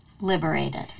liberated